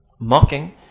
mocking